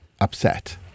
upset